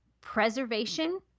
preservation